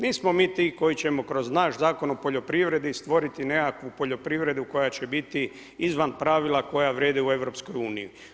Nismo mi ti koji ćemo kroz naš zakon o poljoprivredi stvoriti nekakvu poljoprivredu koja će biti izvan pravila koja vrijede u Europskoj uniji.